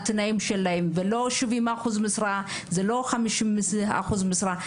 התנאים שלהם ולא 70 אחוז משרה ולא 50 אחוז משרה,